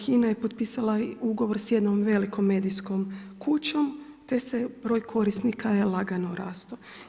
HINA je potpisala ugovor s jednom velikom medijskom kućom te se broj korisnika lagano je rastao.